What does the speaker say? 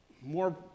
more